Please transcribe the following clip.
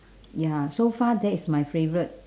ya so far that is my favourite